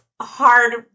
hard